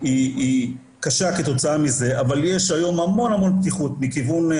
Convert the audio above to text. היא רוח טובה עם המון רצון טוב ונכונות